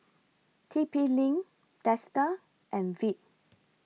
T P LINK Dester and Veet